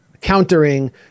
countering